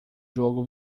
jogo